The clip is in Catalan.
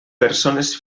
persones